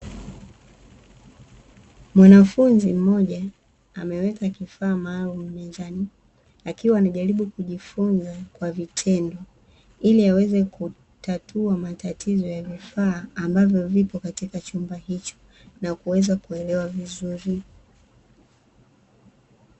Mwanafunzi mmoja ameweka kifaa maalumu mezani akiwa anajaribu kujifunza kwa vitendo, ili aweze kutatua matatizo ya vifaa ambavyo vipo katika chumba hicho na kuelewa vizuri.